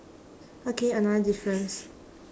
okay another difference